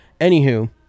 Anywho